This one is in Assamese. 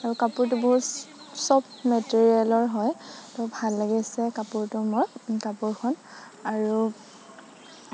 আৰু কাপোৰটো বহুত ছফ্ট মেটেৰিয়েলৰ হয় ত' ভাল লাগিছে কাপোৰটো মোৰ কাপোৰখন আৰু